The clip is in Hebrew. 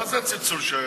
מה זה הצלצול שהיה?